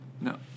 No